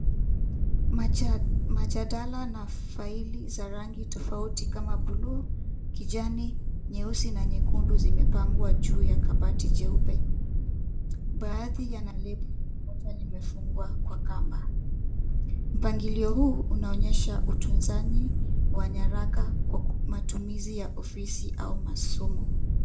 Maja, majadala na faili za rangi tofauti kama blue , kijani, nyeusi na nyekundu zimepangwa juu ya kabati jeupe. Baadhi ya nale.., za zimefungwa. Mpangilio huu unaonyesha utunzani wa nyaraka kwa matumizi, ku, matumizi ya ofisi au masomo.